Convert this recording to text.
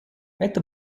это